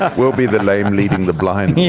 ah we'll be the lame leading the blind.